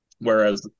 whereas